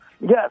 Yes